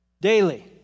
daily